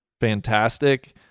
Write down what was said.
fantastic